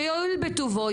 שיואיל בטובו,